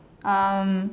um